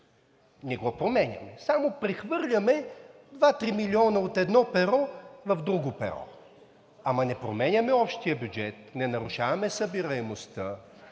не го променяме, само прехвърляме два-три милиона от едно перо в друго. Ама не променяме общия бюджет, не нарушаваме събираемостта,